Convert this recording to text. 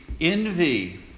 envy